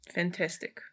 fantastic